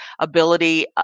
ability